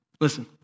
Listen